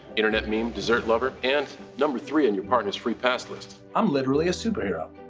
internet meme, dessert lover, and number three on your partner's free pass list. i'm literally a superhero.